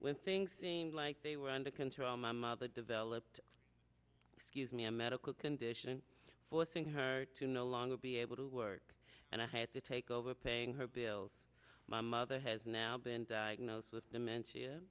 when things seemed like they were under control my mother developed excuse me a medical condition forcing her to no longer be able to work and i had to take over paying her bills my mother has now been diagnosed with dementia